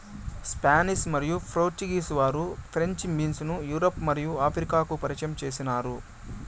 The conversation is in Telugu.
స్పానిష్ మరియు పోర్చుగీస్ వారు ఫ్రెంచ్ బీన్స్ ను యూరప్ మరియు ఆఫ్రికాకు పరిచయం చేసినారు